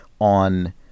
on